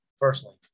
personally